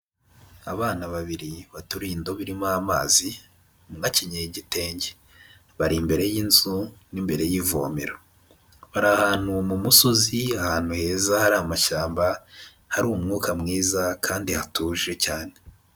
Abana babiri bateruye indobo irimo amazi bakenyeye igitenge, bari imbere y'inzu n'imbere y'ivomero, bari ahantu mu musozi, ahantu heza hari amashyamba, hari umwuka mwiza kandi hatuje cyane.